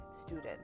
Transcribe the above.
student